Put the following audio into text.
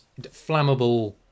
flammable